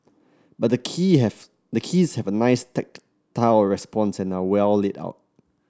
but the key have the keys have a nice tactile response and are well laid out